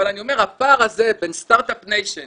אני מרגיש,